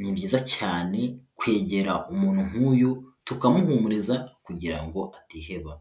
ni byiza cyane kwegera umuntu nku'uyu tukamuhumuriza kugira atiheba.